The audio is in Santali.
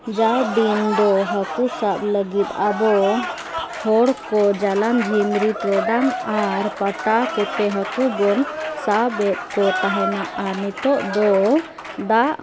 ᱡᱟᱣᱫᱤᱱ ᱫᱚ ᱦᱟᱹᱠᱩ ᱥᱟᱵ ᱞᱟᱹᱜᱤᱫ ᱟᱵᱚ ᱦᱚᱲ ᱠᱚ ᱡᱟᱞᱟᱢ ᱡᱷᱤᱢᱨᱤ ᱴᱚᱨᱚᱰᱟᱝ ᱟᱨ ᱯᱟᱴᱟ ᱠᱚᱛᱮ ᱦᱟᱹᱠᱩ ᱵᱚᱱ ᱥᱟᱵᱮᱫ ᱠᱚ ᱛᱟᱦᱮᱱᱟ ᱟᱨ ᱱᱤᱛᱳᱜ ᱫᱚ ᱫᱟᱜ